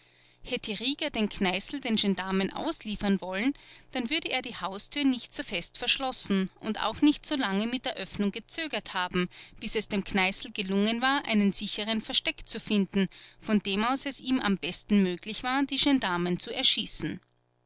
hätte rieger den kneißl den gendarmen ausliefern wollen dann würde er die haustür nicht so fest verschlossen und auch nicht so lange mit der öffnung gezögert haben bis es dem kneißl gelungen war einen sicheren versteck zu finden von dem aus es ihm am besten möglich war die gendarmen zu erschießen